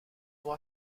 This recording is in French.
vont